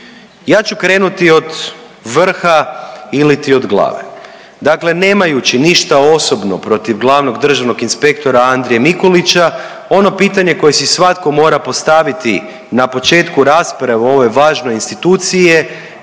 Ja ću krenuti od vrha iliti od glave. Dakle, nemajući ništa osobno protiv glavnog državnog inspektora Andrije Mikulića ono pitanje koje si svatko mora postaviti na početku rasprave u ovoj važnoj instituciji